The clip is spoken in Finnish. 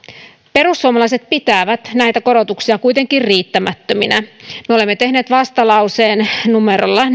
perussuomalaiset pitävät näitä korotuksia kuitenkin riittämättöminä me olemme tehneet vastalauseen numerolla